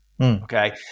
Okay